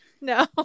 No